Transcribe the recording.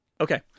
Okay